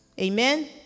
Amen